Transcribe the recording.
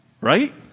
right